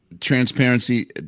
transparency